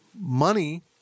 money